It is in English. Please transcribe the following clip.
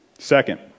Second